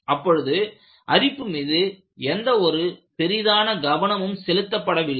அப்பொழுது அரிப்பு மீது எந்த ஒரு பெரிதான கவனமும் செலுத்தப்படவில்லை